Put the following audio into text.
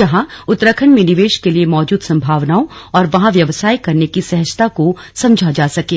जहां उत्तराखण्ड में निवेश के लिए मौजूद संभावनाओं और वहां व्यवसाय करने की सहजता को समझा जा सकें